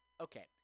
Okay